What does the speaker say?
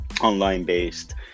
online-based